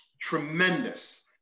tremendous